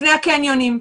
לפני הקניונים,